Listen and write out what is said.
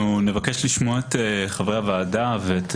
אנחנו נבקש לשמוע את חברי הוועדה ואת